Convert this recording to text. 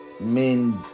men